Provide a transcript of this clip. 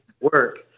work